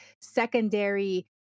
secondary